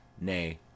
Nay